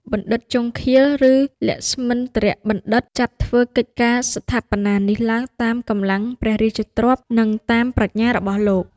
បណ្ឌិតជង្ឃាល ឬលក្ស្មិន្ទ្របណ្ឌិត ចាប់ធ្វើកិច្ចការស្ថាបនានេះឡើងតាមកម្លាំងព្រះរាជទ្រព្យ និងតាមប្រាជ្ញារបស់លោក